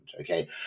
Okay